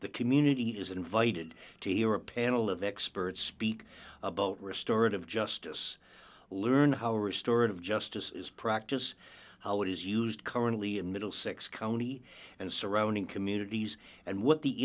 the community is invited to hear a panel of experts speak about restorative justice learn how restorative justice is practice how it is used currently in middlesex county and surrounding communities and what the